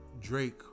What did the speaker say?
Drake